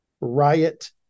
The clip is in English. riot